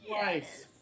Nice